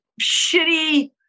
shitty